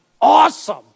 Awesome